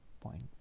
Point